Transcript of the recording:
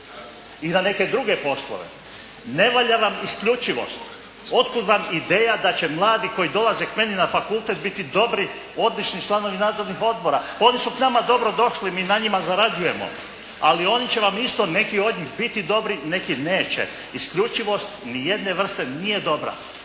I na neke druge poslove. Ne valja vam isključivost, otkuda vam ideja da će mladi koji dolaze k meni na fakultet biti dobri, odlični članovi nadzornih odbora, oni su k nama dobro došli, mi na njima zarađujemo, ali oni će vam isto neki od njih biti dobri, neki neće. Isključivost niti jedne vrste nije dobra.